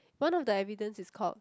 one of the evidence is called